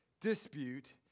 dispute